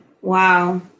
Wow